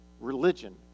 religion